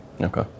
Okay